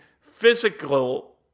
physical